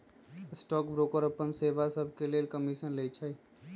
stock broker अप्पन सेवा सभके लेल कमीशन लइछइ